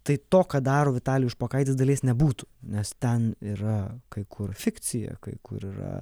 tai to ką daro vitalijus špokaitis dalies nebūtų nes ten yra kai kur fikcija kai kur yra